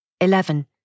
Eleven